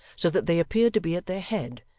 so that they appeared to be at their head,